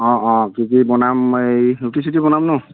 অঁ অঁ কি কি বনাম এই ৰুটি চুটি বনাম ন